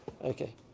Okay